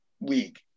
league